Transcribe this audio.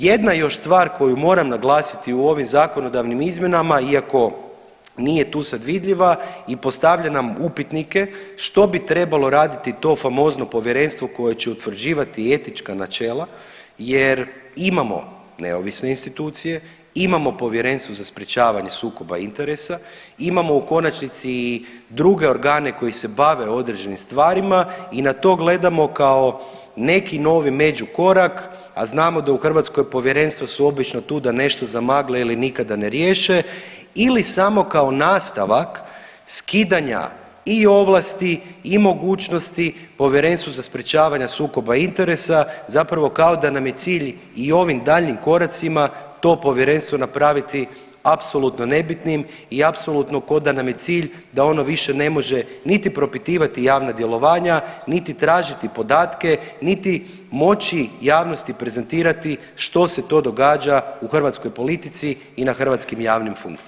Jedna još stvar koju moram naglasiti u ovim zakonodavnim izmjenama, iako nije tu sad vidljiva i postavlja nam upitnike što bi trebalo raditi to famozno povjerenstvo koje će utvrđivati etička načela, jer imamo neovisne institucije, imamo Povjerenstvo za sprječavanje sukoba interesa, imamo u konačnici i druge organe koji se bave određenim stvarima i na to gledamo kao neki novi među korak, a znamo da u Hrvatskoj povjerenstva su obično tu da nešto zamagle ili nikada ne riješe ili samo kao nastavak skidanja i ovlasti i mogućnosti Povjerenstvu za sprječavanje sukoba interesa, zapravo kao da nam je cilj i ovim daljnjim koracima to povjerenstvo napraviti apsolutno nebitnim i apsolutno ko' da nam je cilj da ono više ne može niti propitivati javna djelovanja, niti tražiti podatke niti moći javnosti prezentirati što se to događa u hrvatskoj politici i na hrvatskim javnim funkcijama.